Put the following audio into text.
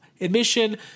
admission